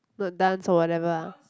not dance or whatever ah